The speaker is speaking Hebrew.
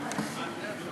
חברי הכנסת,